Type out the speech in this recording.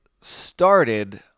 started